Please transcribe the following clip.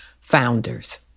founders